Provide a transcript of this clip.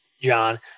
John